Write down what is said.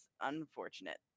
unfortunate